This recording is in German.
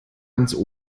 ans